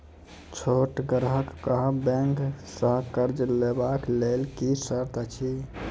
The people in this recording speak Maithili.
छोट ग्राहक कअ बैंक सऽ कर्ज लेवाक लेल की सर्त अछि?